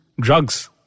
drugs